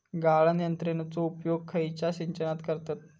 गाळण यंत्रनेचो उपयोग खयच्या सिंचनात करतत?